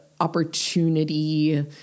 opportunity